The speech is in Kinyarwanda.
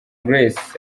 grace